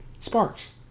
Sparks